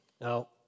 Now